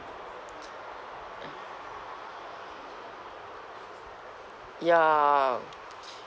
ya